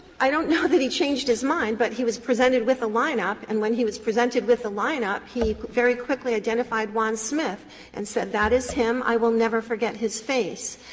i don't know that he changed his mind, but he was presented with a line-up and when he was presented with a line-up he very quickly identified juan smith and said that is him i will never forget his face.